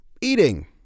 eating